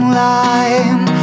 line